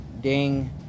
Ding